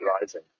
rising